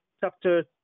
chapter